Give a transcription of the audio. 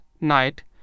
night